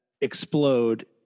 explode